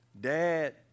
Dad